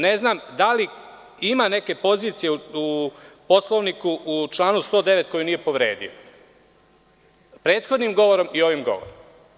Ne znam da li ima neke pozicije u Poslovniku u članu 109. koju nije povredio prethodnim govorom i ovim govorom?